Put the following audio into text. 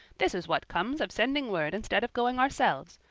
this is what comes of sending word instead of going ourselves.